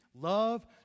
love